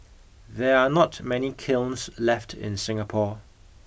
there are not many kilns left in Singapore